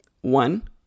One